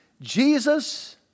Jesus